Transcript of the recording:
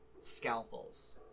scalpels